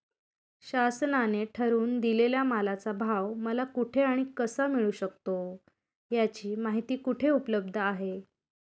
शासनाने ठरवून दिलेल्या मालाचा भाव मला कुठे आणि कसा मिळू शकतो? याची माहिती कुठे उपलब्ध आहे?